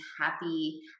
happy